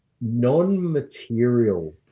non-material